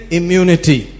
immunity